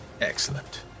Excellent